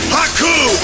Haku